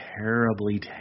terribly